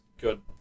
good